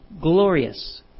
Glorious